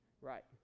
Right